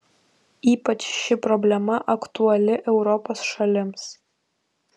ypač ši problema aktuali europos šalims